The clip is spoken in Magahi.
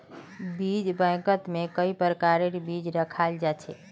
बीज बैंकत में कई प्रकारेर बीज रखाल जा छे